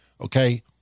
okay